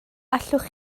allwch